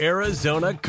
Arizona